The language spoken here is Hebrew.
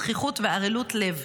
זחיחות וערלות לב,